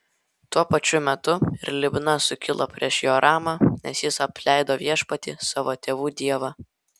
tuo pačiu metu ir libna sukilo prieš joramą nes jis apleido viešpatį savo tėvų dievą